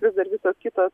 vis dar visos kitos